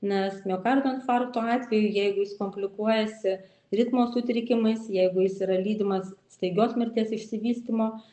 nes miokardo infarkto atveju jeigu jis komplikuojasi ritmo sutrikimais jeigu jis yra lydimas staigios mirties išsivystymo